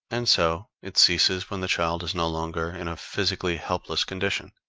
and so it ceases when the child is no longer and physically helpless condition.